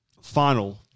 Final